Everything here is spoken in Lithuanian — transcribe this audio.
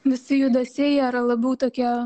visi judesiai jie yra labiau tokie